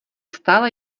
stále